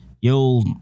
Yo